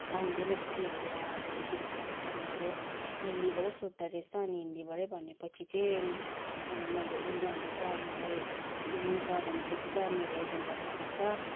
आउँदैन थियो त्यही भएर अब तिनीहरू पाकिस्तानीहरू हिन्दीबाटै सोद्धो रहेछ अनि हिन्दीबाटै भनेपछि चाहिँ मैले उसले जा मलाई हुन्छ भनेपछि चाहिँ मेरो एजेन्टलाई भनेछ